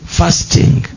fasting